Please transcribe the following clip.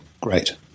great